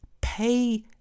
pay